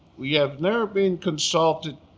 we have never been consulted,